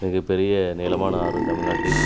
மிகப்பெரிய நீளமான ஆறு தமிழ்நாட்டில்